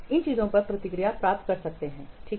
इन चीजों पर प्रतिक्रिया प्राप्त कर सकते हैं ठीक है